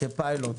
כפיילוט.